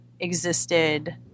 Existed